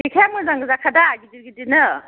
जेखाइया मोजां गोजाखा दा गिदिर गिदिरनो